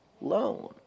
loan